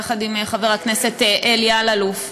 יחד עם חבר הכנסת אלי אלאלוף,